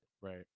Right